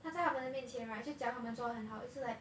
他在她的面前 right 就讲她们做很好 it's like